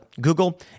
Google